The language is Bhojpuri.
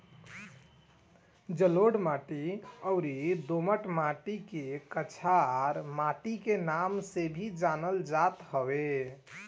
जलोढ़ माटी अउरी दोमट माटी के कछार माटी के नाम से भी जानल जात हवे